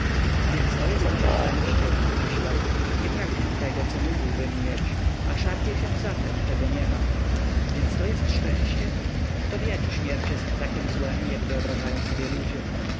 więc to jest moje szczęście myślał nie pragnę tego co mógłbym mieć a szarpię się za tem czego nie mam więc to jest szczęście kto wie czy śmierć jest takiem złem jak wyobrażają sobie ludzie